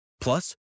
Plus